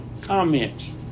comments